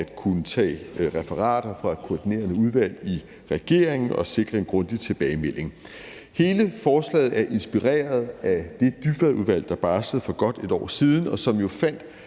at kunne tage referater fra Regeringens Koordinationsudvalg og sikre en grundig tilbagemelding. Hele forslaget er inspireret af det, som Dybvadudvalget barslede med få et år siden, hvor de jo på